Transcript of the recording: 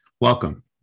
Welcome